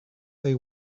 they